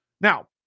Now